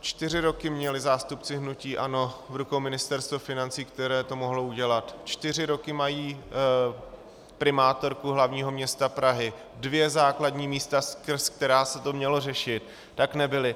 Čtyři roky měli zástupci hnutí ANO v rukou Ministerstvo financí, které to mohlo udělat, čtyři roky mají primátorku hlavního města Prahy, dvě základní místa, přes která se to mělo řešit, tak to neřešili.